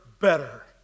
better